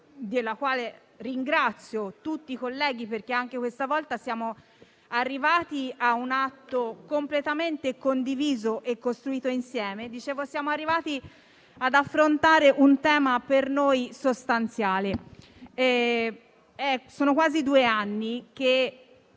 (della quale ringrazio tutti i colleghi, perché anche questa volta siamo arrivati a un atto completamente condiviso e costruito insieme), di un tema per noi sostanziale. Sono quasi due anni che